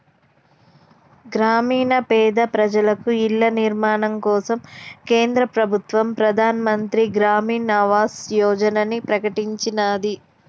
గ్రామీణ పేద ప్రజలకు ఇళ్ల నిర్మాణం కోసం కేంద్ర ప్రభుత్వం ప్రధాన్ మంత్రి గ్రామీన్ ఆవాస్ యోజనని ప్రకటించినాది